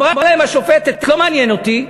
אמרה להם השופטת: לא מעניין אותי,